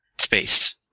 space